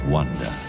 Wonder